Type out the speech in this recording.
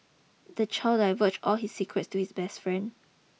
the child divulged all his secrets to his best friend